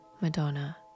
Madonna